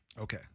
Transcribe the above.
okay